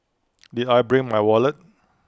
did I bring my wallet